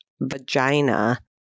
vagina